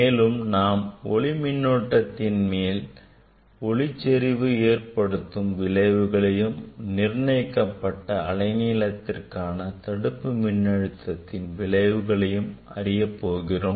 மேலும் நாம் ஒளி மின்னூட்டத்தின் மேல் ஒளி செறிவு ஏற்படுத்தும் விளைவுகளையும் நிர்ணயிக்கப்பட்ட அலைநீளத்திற்கான தடுப்பு மின்னழுத்தத்தின் விளைவுகளையும் அறிய போகிறோம்